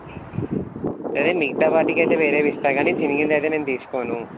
సరే మిగితా వాటికి అయితే వేరేవి ఇస్తా కానీ చినిగింది అయితే నేను తీసుకోను